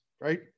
right